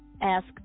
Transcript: ask